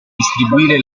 distribuire